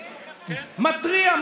מתריע,